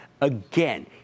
Again